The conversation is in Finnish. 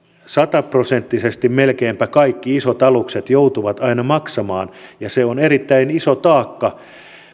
sataprosenttisesti melkeinpä kaikki isot alukset joutuvat aina maksamaan ja se on erittäin iso taakka